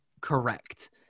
correct